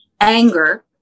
anger